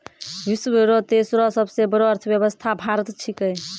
विश्व रो तेसरो सबसे बड़ो अर्थव्यवस्था भारत छिकै